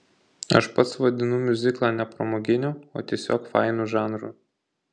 aš pats vadinu miuziklą ne pramoginiu o tiesiog fainu žanru